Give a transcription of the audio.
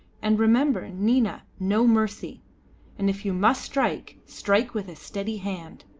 and remember, nina, no mercy and if you must strike, strike with a steady hand.